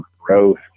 growth